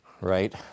Right